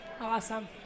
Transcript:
Awesome